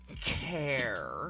care